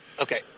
Okay